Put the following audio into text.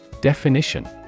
Definition